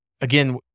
again